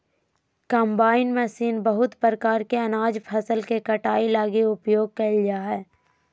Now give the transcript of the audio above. combine machine बहुत प्रकार के अनाज फसल के कटाई लगी उपयोग कयल जा हइ